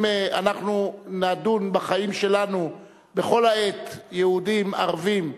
אם אנחנו נדון בחיים שלנו בכל העת, יהודים, ערבים,